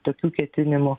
tokių ketinimų